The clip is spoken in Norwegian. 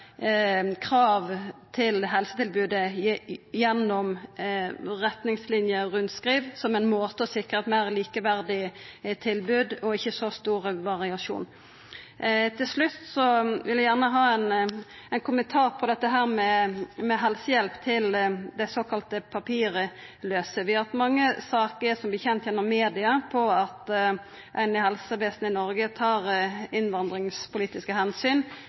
til helsetilbod gjennom retningslinjerundskriv som ein måte å sikra eit meir likeverdig tilbod og ikkje så store variasjonar? Til slutt vil eg gjerne ha ein kommentar til dette med helsehjelp til dei såkalla papirlause. Vi har hatt mange saker der ein gjennom media har vorte kjend med at helsevesenet i Noreg tar innvandringspolitiske